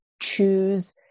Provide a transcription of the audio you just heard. choose